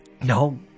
No